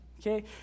okay